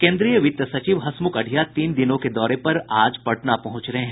केंद्रीय वित्त सचिव हसमुख अढ़िया तीन दिनों के दौरे पर आज पटना पहुंच रहे हैं